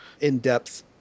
in-depth